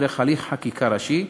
דרך הליך חקיקה ראשי,